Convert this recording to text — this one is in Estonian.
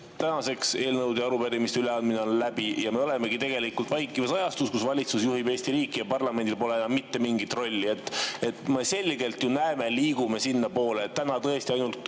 tänaseks on eelnõude ja arupärimiste üleandmine läbi? Ja me olemegi tegelikult vaikivas ajastus, kus valitsus juhib Eesti riiki ja parlamendil pole enam mitte mingit rolli. Me ju näeme selgelt, et me liigume sinnapoole: täna tõesti ainult